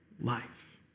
life